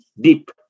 deep